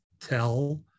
tell